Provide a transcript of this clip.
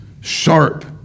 sharp